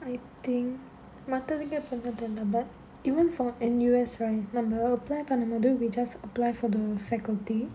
I think மத்ததுக்கு எப்போ:mathadhukku eppo but even for N_U_S right நம்ம:namma apply பண்ணும்போது:pannumpothu we just apply for the faculty